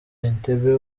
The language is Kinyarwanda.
entebbe